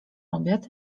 obiad